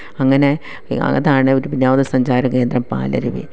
അങ്ങനെ അതാണ് ഒരു വിനോദസഞ്ചാര കേന്ദ്രം പാലരുവി